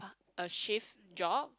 a shift job